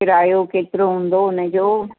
किरायो केतिरो हूंदो हुनजो